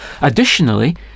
Additionally